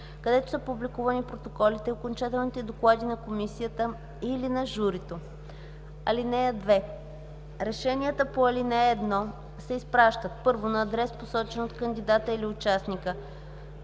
където са публикувани протоколите и окончателните доклади на комисията или на журито. (2) Решенията по ал. 1 се изпращат: 1. на адрес, посочен от кандидата или участника: